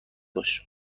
باش